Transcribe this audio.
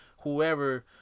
whoever